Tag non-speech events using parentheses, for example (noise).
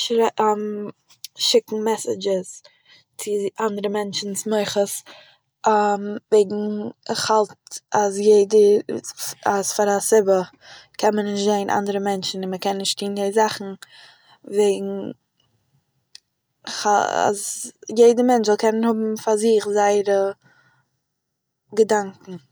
שר- (hesitation) שיקן מעסעדזשעס צו אנדערע מענטשן'ס מוחות, (hesitation) וועגן, איך האלט אז יעדע- אז פאר א סיבה קען מען נישט זעהן אנדערע מענטשן און מ'קען נישט (unintelligible) זאכן וועגן, כ- אז- יעדער מענטש זאל קענען האבן פאר זיך זייערע געדאנקען